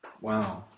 Wow